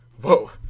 whoa